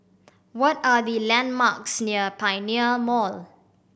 what are the landmarks near Pioneer Mall